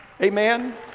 Amen